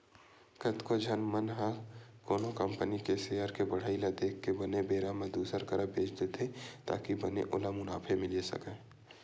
कतको झन मन ह कोनो कंपनी के सेयर के बड़हई ल देख के बने बेरा म दुसर करा बेंच देथे ताकि बने ओला मुनाफा मिले सकय